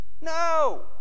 No